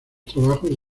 trabajos